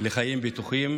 לחיים בטוחים